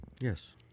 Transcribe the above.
Yes